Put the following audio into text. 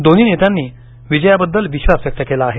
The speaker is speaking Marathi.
दोन्ही नेत्यांनी विजयाबद्दल विश्वास व्यक्त केला आहे